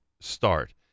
start